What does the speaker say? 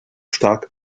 stark